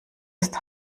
ist